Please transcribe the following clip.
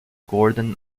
gordon